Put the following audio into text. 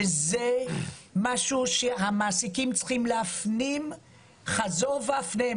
זה משהו שהמעסיקים צריכים להפנים חזור והפנם